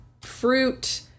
fruit